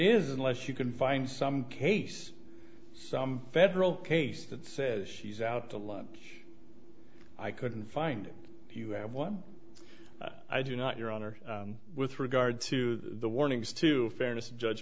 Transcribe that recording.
is unless you can find some case some federal case that says she's out to lunch i couldn't find you one i do not your honor with regard to the warnings to fairness judge